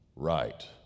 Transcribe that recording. Right